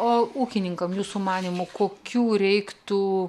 o ūkininkam jūsų manymu kokių reiktų